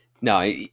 No